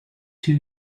two